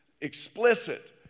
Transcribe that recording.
explicit